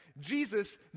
Jesus